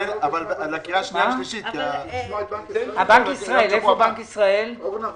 נשמע את בנק ישראל.